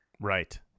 Right